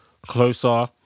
closer